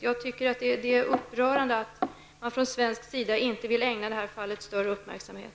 Jag tycker att det är upprörande att man från svensk sida inte vill ägna det här fallet större uppmärksamhet.